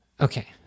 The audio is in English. Okay